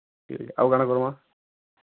ଆଉ କାଣା କର୍ମା